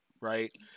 right